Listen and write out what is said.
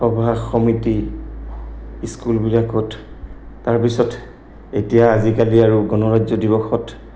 সভা সমিতি স্কুলবিলাকত তাৰপিছত এতিয়া আজিকালি আৰু গণৰাজ্য দিৱসত